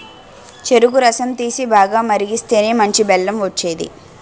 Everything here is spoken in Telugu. చెరుకు రసం తీసి, బాగా మరిగిస్తేనే మంచి బెల్లం వచ్చేది